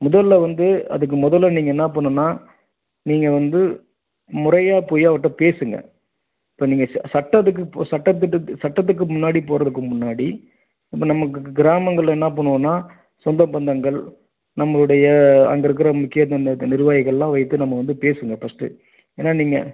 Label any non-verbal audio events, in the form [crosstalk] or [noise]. முதலில் வந்து அதுக்கு முதல்ல நீங்கள் என்ன பண்ணுன்னா நீங்கள் வந்து முறையாக போய் அவர்ட்ட பேசுங்கள் இப்போ நீங்கள் சட்டத்துக்கு இப்போ சட்டத்திட்டத்து சட்டத்துக்கு முன்னாடி போகிறதுக்கு முன்னாடி இப்போ நமக்கு கிராமங்களில் என்ன பண்ணுவோன்னா சொந்த பந்தங்கள் நம்மளுடைய அங்கே இருக்கிற முக்கிய [unintelligible] நிர்வாகிகள்லாம் வைத்து நம்ம வந்து பேசுணும் ஃபர்ஸ்ட்டு ஏன்னா நீங்கள்